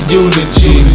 unity